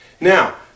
Now